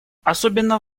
особенно